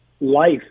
life